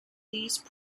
these